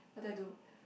what do I do